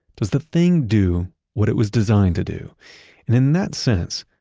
does the thing do what it was designed to do. and in that sense,